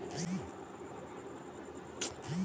Subsidy के पता कतय से लागत?